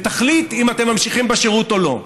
ותחליט אם אתם ממשיכים בשירות או לא.